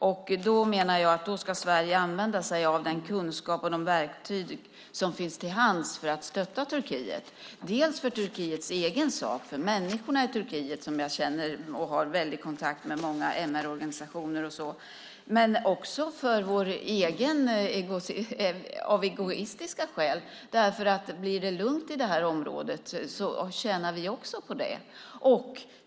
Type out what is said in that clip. Jag menar att Sverige ska använda sig av den kunskap och de verktyg som finns till hands för att stötta Turkiet. Det är för Turkiets egen sak och människorna i Turkiet. Jag känner många och har mycket kontakt med många MR-organisationer. Men det är också av egna egoistiska skäl. Blir det lugnt i det här området tjänar vi också på det.